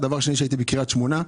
הייתי בקריית שמונה.